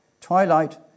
Twilight